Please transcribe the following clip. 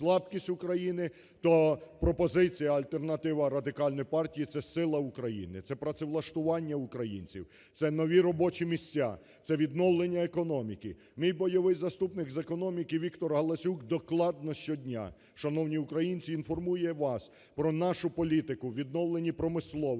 то пропозиція, альтернатива Радикальної партії – це сила України – це сила України, це працевлаштування українців, це нові робочі місця, це відновлення економіки. Мій бойовий заступник з економіки Віктор Галасюк докладно щодня, шановні українці, інформує вас про нашу політику у відновленні промисловості,